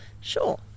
Sure